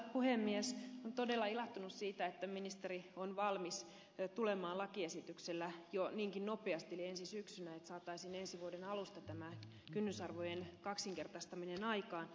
olen todella ilahtunut siitä että ministeri on valmis tulemaan lakiesityksellä jo niinkin nopeasti eli ensi syksynä jotta saataisiin ensi vuoden alusta tämä kynnysarvojen kaksinkertaistaminen aikaan